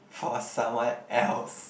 for someone else